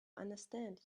understand